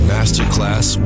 Masterclass